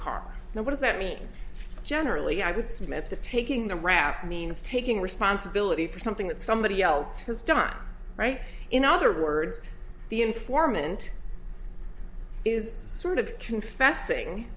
car and what does that mean generally i would submit the taking the route means taking responsibility for something that somebody else has done right in other words the informant is sort of confessing